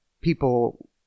people